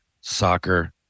soccer